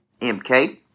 MK